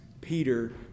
Peter